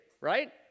right